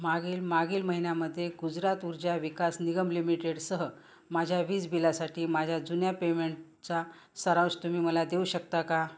मागील मागील महिन्यामध्ये गुजरात ऊर्जा विकास निगम लिमिटेडसह माझ्या वीज बिलासाठी माझ्या जुन्या पेमेंटचा सारांश तुम्ही मला देऊ शकता का